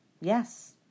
yes